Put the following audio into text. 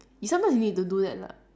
you sometimes you need to do that lah